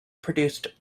produced